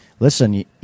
Listen